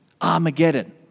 Armageddon